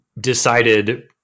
decided